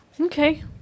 okay